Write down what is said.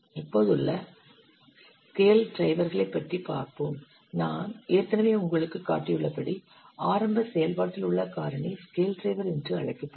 இப்போது ஸ்கேல் டிரைவர்களைப் பற்றி பார்ப்போம் நான் ஏற்கனவே உங்களுக்குக் காட்டியுள்ளபடி ஆரம்ப செயல்பாட்டில் உள்ள காரணி ஸ்கேல் டிரைவர் என்று அழைக்கப்படும்